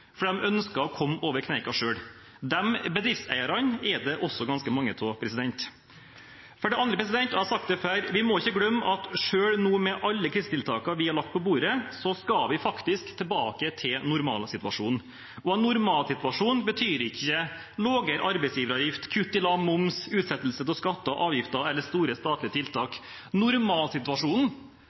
ønsker å komme over kneika selv. De bedriftseierne er det også ganske mange av. For det andre, og jeg har sagt det før: Vi må ikke glemme at selv nå med alle krisetiltakene vi har lagt på bordet, så skal vi faktisk tilbake til normalsituasjonen. En normalsituasjon betyr ikke lavere arbeidsgiveravgift, kutt i lav moms, utsettelse av skatter og avgifter eller store statlige tiltak. Normalsituasjonen